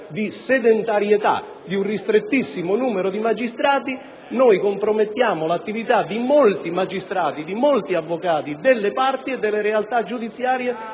di sedentarietà di un ristrettissimo numero di magistrati compromettiamo l'attività di molti magistrati e avvocati delle parti e delle realtà giudiziarie